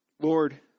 Lord